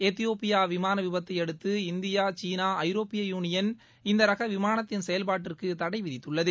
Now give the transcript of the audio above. Ethiopia விமான விபத்தையடுத்து India சீனா ஐரோப்பிய யூனியன் இந்த ரக விமானத்தின் செயல்பாட்டிற்கு தடை விதித்துள்ளது